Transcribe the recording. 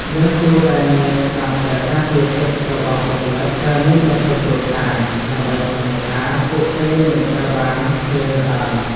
យើងគួរតែមានច្បាប់ដែលការពារសិទ្ធិរបស់បុគ្គលិកដែលមានបន្ទុកគ្រួសារ ដើម្បីធានាថាពួកគេមិនត្រូវបានគេរើសអើង។